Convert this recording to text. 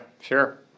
Sure